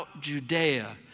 Judea